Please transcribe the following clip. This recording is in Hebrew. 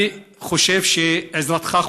אני חושב שעזרתך,